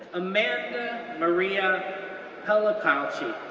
amanda maria pelucacci,